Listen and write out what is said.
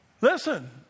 listen